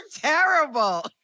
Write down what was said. Terrible